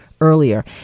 earlier